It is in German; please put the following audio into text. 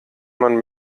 man